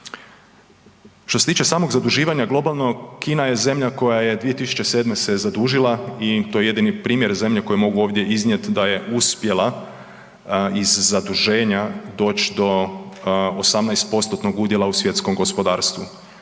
Što se tiče samog zaduživanja globalno Kina je zemlja koja je 2007. se zadužila i to je jedini primjer zemlje koji mogu ovdje iznijet da je uspjela iz zaduženja doć do 18%-nog udjela u svjetskom gospodarstvu.